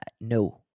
No